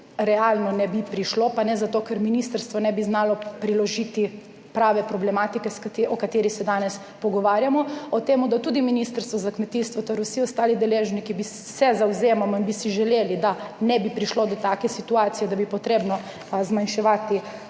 realno ne bi prišlo, pa ne zato, ker ministrstvo ne bi znalo priložiti prave problematike, o kateri se danes pogovarjamo, ob tem, da se tudi ministrstvo za kmetijstvo ter vsi ostali deležniki zavzemamo in bi si želeli, da ne bi prišlo do take situacije, da bi bilo treba zmanjševati